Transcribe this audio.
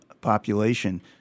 population